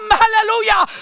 hallelujah